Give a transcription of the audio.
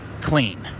clean